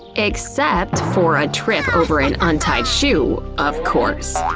except for a trip over an untied shoe, of course.